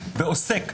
בעוסק,